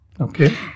Okay